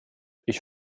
ich